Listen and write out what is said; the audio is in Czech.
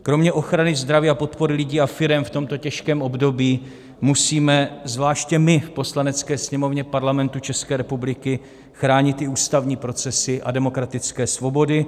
Kromě ochrany zdraví a podpory lidí a firem v tomto těžkém období musíme zvláště my v Poslanecké sněmovně Parlamentu České republiky chránit ústavní procesy a demokratické svobody.